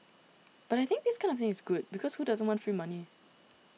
but I think this kind of thing is good because who doesn't want free money